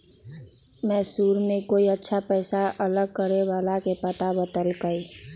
मैसूर में कोई अच्छा पैसा अलग करे वाला के पता बतल कई